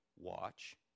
watch